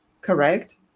correct